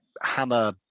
hammer